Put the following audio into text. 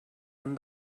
han